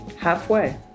Halfway